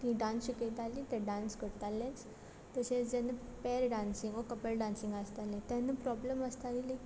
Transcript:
तीं डांस शिकयतालीं ते डांस करतालेंच तशें जेन्न pair dancing or couple dancing आसतालें तेन्ना प्रॉब्लम आसताली लायक